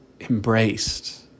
embraced